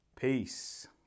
peace